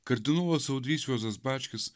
kardinolas audrys juozas bačkis